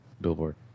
Billboard